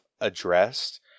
addressed